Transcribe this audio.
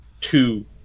two